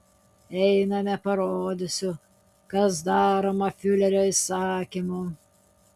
einame parodysiu kas daroma fiurerio įsakymu